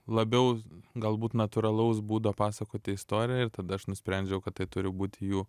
labiau galbūt natūralaus būdo pasakoti istoriją ir tada aš nusprendžiau kad tai turi būti jų